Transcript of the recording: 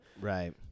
Right